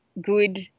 good